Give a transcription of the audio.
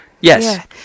yes